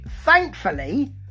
Thankfully